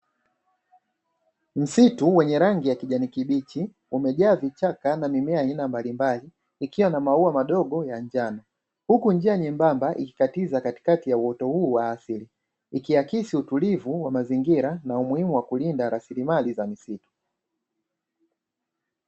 Msitu wenye rangi ya kijani kibichi umejaa vichaka na mimea ya aina mbalimbali ikiwa na maua madogo ya njano, huku njia nyembamba ikikatiza katikati ya uoto huu wa asili, ikiaksi utulivu wa mazingira na umuhimu wa kulinda rasilimali za misitu.